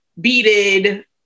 beaded